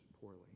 poorly